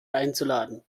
einzuladen